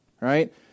right